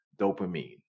dopamine